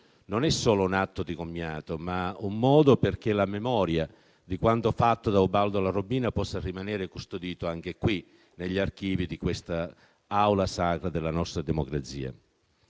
non è solo un atto di commiato, ma un modo perché la memoria di quanto fatto da Ubaldo Larobina possa rimanere custodito anche qui, negli archivi di questa Aula sacra della nostra democrazia.